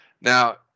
Now